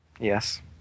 Yes